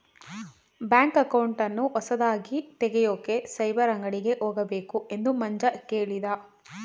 bank ಅಕೌಂಟನ್ನ ಹೊಸದಾಗಿ ತೆಗೆಯೋಕೆ ಸೈಬರ್ ಅಂಗಡಿಗೆ ಹೋಗಬೇಕು ಎಂದು ಮಂಜ ಕೇಳಿದ